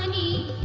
and e